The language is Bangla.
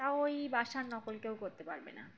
তাও ওই বাসার নকল কেউ করতে পারবে না